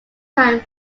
time